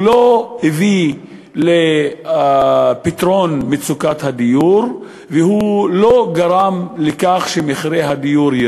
אבל הוא לא הביא לפתרון מצוקת הדיור והוא לא גרם לירידת מחירי הדיור.